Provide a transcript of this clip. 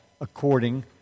according